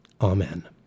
Amen